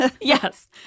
Yes